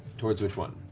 towards which one?